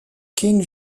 king